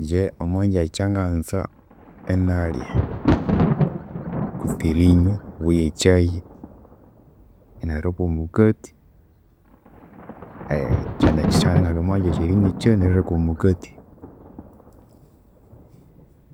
Inje omwanjakya nganza inalya kutse erinywa, obo yekyayi inahiraku omugati. Kyanekyu ekyanganza ingalya omwanjakya erinywa ekyayi inahiraku omugati.